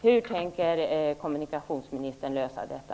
Hur tänker kommunikationsministern lösa detta?